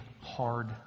hard